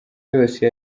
yose